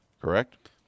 correct